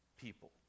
people